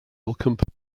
companies